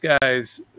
guys